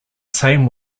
same